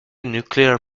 nuclear